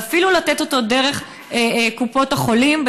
ואפילו לתת אותו דרך קופות החולים,